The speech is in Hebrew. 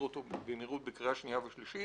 אותו במהירות בקריאה שנייה ושלישית,